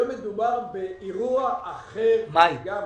היום מדובר באירוע אחר לגמרי.